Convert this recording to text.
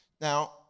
Now